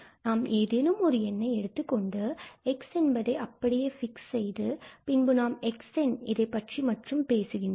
நாம் ஏதேனும் ஒரு எண்ணை எடுத்துக் கொண்டு எக்ஸ் என்பதை அப்படியே fix செய்து பின்பு நாம் xn இதனைப் பற்றிப் பேசுகின்றோம்